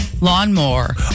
lawnmower